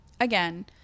again